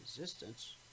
resistance